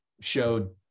showed